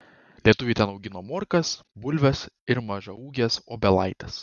lietuviai ten augino morkas bulves ir mažaūges obelaites